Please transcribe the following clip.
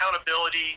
accountability